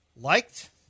Liked